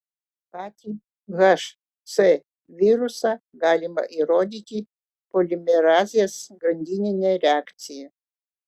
patį hc virusą galima įrodyti polimerazės grandinine reakcija